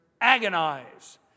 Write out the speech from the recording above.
agonize